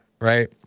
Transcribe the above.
right